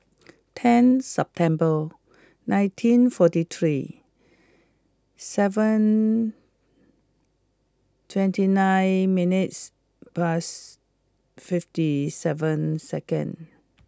ten September nineteen forty three seven twenty nine minutes past fifty seven second